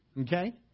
Okay